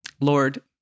Lord